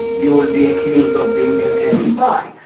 you will be accused of being and a spy.